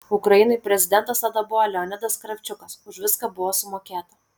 ukrainai prezidentas tada buvo leonidas kravčiukas už viską buvo sumokėta